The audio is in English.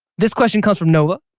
this question comes from noah